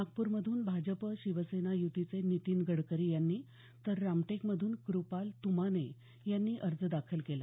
नागपूरमधून भाजप शिवसेना युतीचे नितीन गडकरी यांनी तर रामटेकमधून कृपाल तुमाने यांनी अर्ज दाखल केला